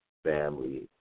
Family